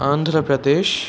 Andhra Pradesh